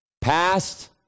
past